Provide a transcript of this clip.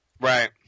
Right